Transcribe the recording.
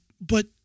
But-